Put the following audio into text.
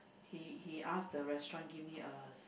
he he ask the restaurant give me a